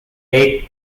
deck